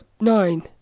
nine